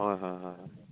হয় হয় হয় হয়